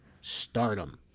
stardom